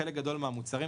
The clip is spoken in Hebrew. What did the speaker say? לגבי חלק גדול מהמוצרים,